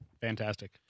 Fantastic